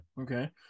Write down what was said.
Okay